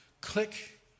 click